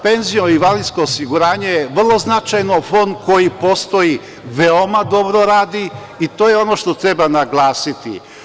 Penzijsko i invalidsko osiguranje je vrlo značajano, fond koji postoji veoma dobro radi i to je ono što treba naglasiti.